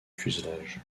fuselage